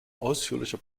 ausführlicher